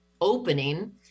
opening